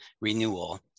renewal